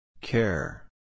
Care